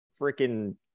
freaking